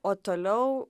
o toliau